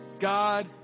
God